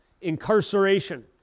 incarceration